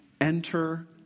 Enter